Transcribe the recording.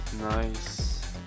nice